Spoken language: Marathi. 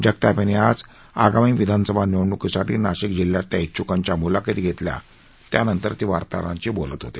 जगताप यांनी आज आगामी विधानसभा निवडणुकीसाठी नाशिक जिल्ह्यातल्या इच्छुकांच्या मुलाखती घेतल्या त्यानंतर ते वार्ताहरांशी बोलत होते